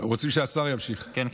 הם רוצים שהשר ימשיך, כן?